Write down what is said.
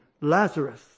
Lazarus